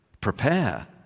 Prepare